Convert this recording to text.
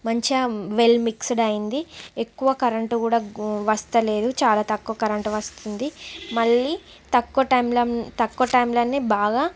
మంచిగా well mixed అయ్యింది ఎక్కువ కరెంట్ కూడా వస్తలేదు చాలా తక్కువ కరెంట్ వస్తుంది మళ్ళీ తక్కువ టైంలో తక్కువ టైంలోనే బాగా